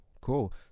cool